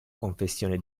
confessione